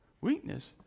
weakness